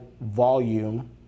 volume